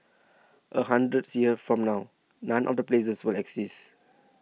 a hundreds years from now none of the places will exist